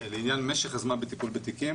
לעניין משך הזמן בטיפול בתיקים